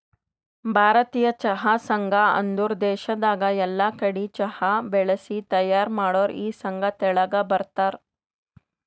ಭಾರತೀಯ ಚಹಾ ಸಂಘ ಅಂದುರ್ ದೇಶದಾಗ್ ಎಲ್ಲಾ ಕಡಿ ಚಹಾ ಬೆಳಿಸಿ ತೈಯಾರ್ ಮಾಡೋರ್ ಈ ಸಂಘ ತೆಳಗ ಬರ್ತಾರ್